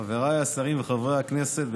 חבריי השרים וחברי הכנסת,